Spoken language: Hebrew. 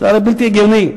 זה הרי בלתי הגיוני.